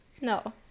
no